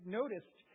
noticed